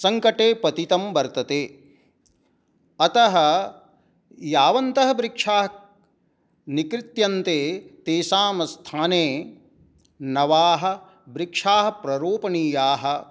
सङ्कटे पतितं वर्तते अतः यावन्तः वृक्षाः निकृत्यन्ते तेषां स्थाने नवाः वृक्षाः प्ररोपणीयाः